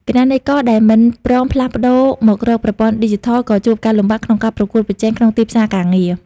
គណនេយ្យករដែលមិនព្រមផ្លាស់ប្តូរមករកប្រព័ន្ធឌីជីថល នឹងជួបការលំបាកក្នុងការប្រកួតប្រជែងក្នុងទីផ្សារការងារ។